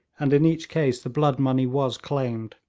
and in each case the blood-money was claimed.